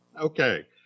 Okay